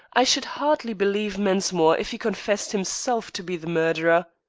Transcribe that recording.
i should hardly believe mensmore if he confessed himself to be the murderer!